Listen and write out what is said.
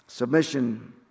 Submission